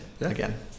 again